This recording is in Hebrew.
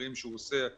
בסקרים שלנו